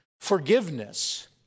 forgiveness